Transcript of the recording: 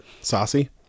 Saucy